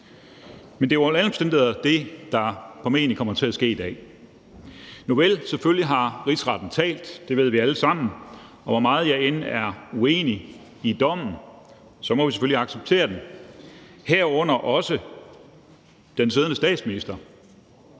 men det er under alle omstændigheder det, der formentlig kommer til at ske i dag. Nuvel, selvfølgelig har Rigsretten talt, det ved vi alle sammen, og hvor meget jeg end er uenig i dommen, må vi selvfølgelig acceptere den, herunder også den siddende statsminister,